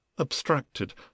abstracted